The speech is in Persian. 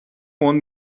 تند